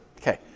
Okay